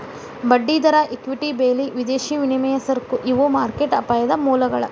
ಬಡ್ಡಿದರ ಇಕ್ವಿಟಿ ಬೆಲಿ ವಿದೇಶಿ ವಿನಿಮಯ ಸರಕು ಇವು ಮಾರ್ಕೆಟ್ ಅಪಾಯದ ಮೂಲಗಳ